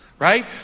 Right